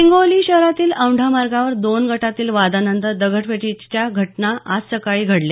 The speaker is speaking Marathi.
हिंगोली शहरातील औैंढा मार्गावर दोन गटातील वादानंतर दगडफेकीच्या घटना आज सकाळी घडल्या